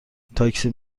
تاکسی